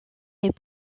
les